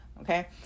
Okay